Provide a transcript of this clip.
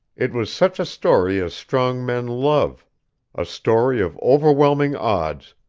it was such a story as strong men love a story of overwhelming odds,